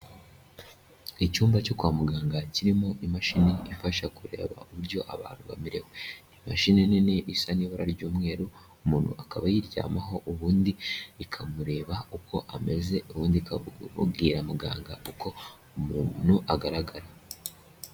Icyumba cyo kwa muganga kirimo imashini ifasha kureba uburyo abanta bamerewe, ni imashini nini isa n'ibara ry'umweru, umuntu akaba yayiryamaho ubundi ikamureba uko ameze ubundi ikabwira muganga uko umuntu agaragara.